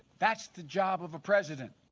that's the job of a president.